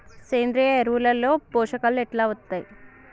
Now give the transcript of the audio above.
సేంద్రీయ ఎరువుల లో పోషకాలు ఎట్లా వత్తయ్?